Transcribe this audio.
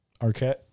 Arquette